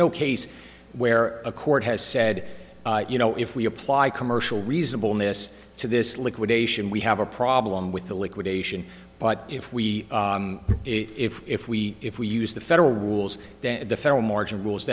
no case where a court has said you know if we apply commercial reasonable miss to this liquidation we have a problem with the liquidation but if we if if we if we use the federal rules the federal margin rules